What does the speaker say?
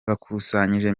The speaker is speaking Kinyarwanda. bakusanyije